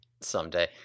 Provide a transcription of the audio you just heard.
someday